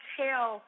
tell